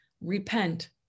repent